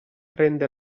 rende